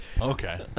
Okay